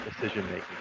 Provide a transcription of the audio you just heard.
decision-making